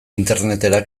internetera